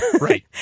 Right